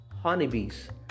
honeybees